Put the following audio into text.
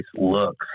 looks